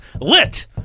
Lit